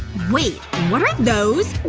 wait. what are those?